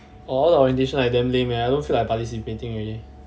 !wah! all the orientation like damn lame leh I don't feel like participating already